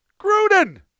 Gruden